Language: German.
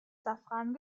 safran